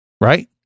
Right